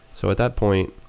so at that point,